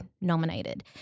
nominated